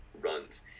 runs